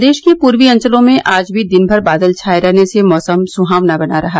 प्रदेश के पूर्वी अंचलों में आज भी दिन भर बादल छाये रहने से मौसम सुहावना बना रहा